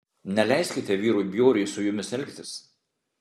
neleiskite vyrui bjauriai su jumis elgtis